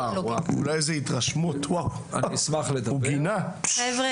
אני לא זוכר